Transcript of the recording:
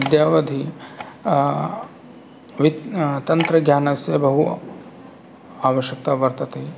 अद्यावधि तन्त्रज्ञानस्य बहु आवश्यकता वर्तते